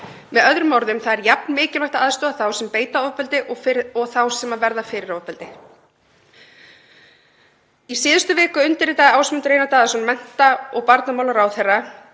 Með öðrum orðum, það er jafn mikilvægt að aðstoða þá sem beita ofbeldi og þá sem verða fyrir ofbeldi. Í síðustu viku undirritaði Ásmundur Einar Daðason, mennta- og barnamálaráðherra,